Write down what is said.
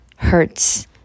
hurts